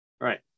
Right